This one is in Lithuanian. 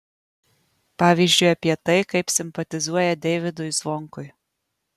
pavyzdžiui apie tai kaip simpatizuoja deivydui zvonkui